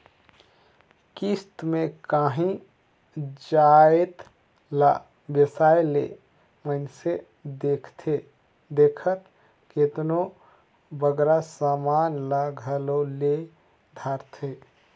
किस्त में कांही जाएत ला बेसाए ले मइनसे देखथे देखत केतनों बगरा समान ल घलो ले धारथे